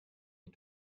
ich